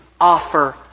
offer